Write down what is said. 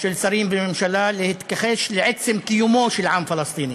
של שרים בממשלה להתכחש לעצם קיומו של עם פלסטיני.